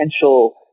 potential